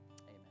amen